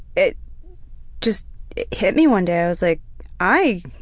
it just hit me one day, i was like i